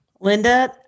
Linda